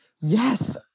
Yes